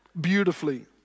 beautifully